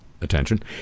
attention